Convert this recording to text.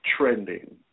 trending